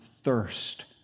thirst